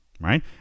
right